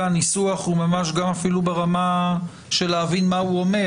הניסוח הוא מסורבל ברמה של להבין מה הוא אומר.